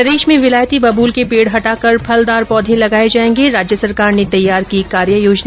प्रदेश में विलायती बबूल के पेड़ हटाकर फलदार पौधे लगाए जाएंगे राज्य सरकार ने तैयार की कार्य योजना